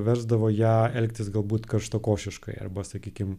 versdavo ją elgtis galbūt karštakošiškai arba sakykim